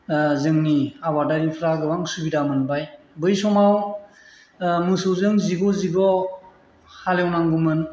जोंनि आबादारिफोरा गोबां सुबिदा मोनबाय बै समाव मोसौजों जिग' जिग' हालेवनांगौमोन